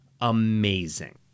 amazing